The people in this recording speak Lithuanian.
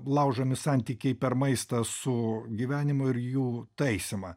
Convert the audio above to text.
laužomi santykiai per maistą su gyvenimu ir jų taisymą